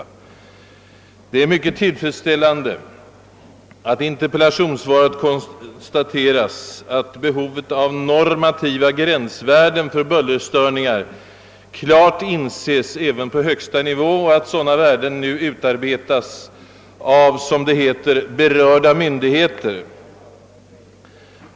Det är mycket tillfredsställande att det i interpellationssvaret konstateras att behovet av normativa gränsvärden för bullerstörningar klart inses även på högsta nivå och att sådana värden nu utarbetas av berörda myndigheter.